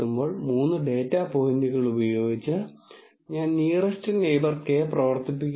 അതിനാൽ മേശപ്പുറത്ത് സൂക്ഷ്മാണുക്കൾ 2 ഉണ്ടെന്ന് നിങ്ങൾ അടുത്ത അനുമാനത്തിലേക്ക് മടങ്ങേണ്ടതുണ്ട് തുടർന്ന് നിങ്ങൾ ഫ്ലൂറസെൻസ് കെമിക്കൽ 2 നോക്കുക